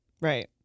Right